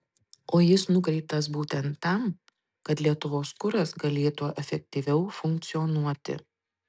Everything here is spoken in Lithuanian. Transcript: o jis nukreiptas būtent tam kad lietuvos kuras galėtų efektyviau funkcionuoti